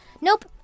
Nope